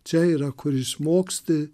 čia yra kur išmoksti